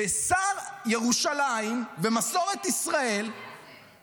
ששר ירושלים ומסורת ישראל -- אני הערתי על זה,